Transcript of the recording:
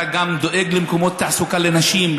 אתה גם דואג למקומות תעסוקה לנשים,